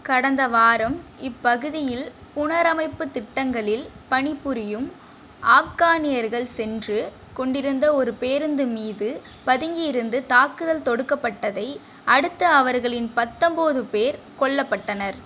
கடந்த வாரம் இப்பகுதியில் புனரமைப்புத் திட்டங்களில் பணிபுரியும் ஆப்கானியர்கள் சென்று கொண்டிருந்த ஒரு பேருந்து மீது பதுங்கி இருந்து தாக்குதல் தொடுக்கப்பட்டதை அடுத்து அவர்களின் பத்தொம்போது பேர் கொல்லப்பட்டனர்